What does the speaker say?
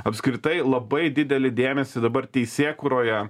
apskritai labai didelį dėmesį dabar teisėkūroje